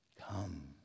Come